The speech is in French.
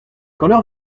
quand